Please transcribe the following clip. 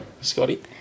Scotty